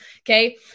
Okay